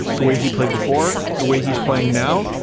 the way he played before, the way he's playing now,